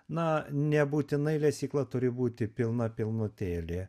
na nebūtinai lesykla turi būti pilna pilnutėlė